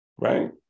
right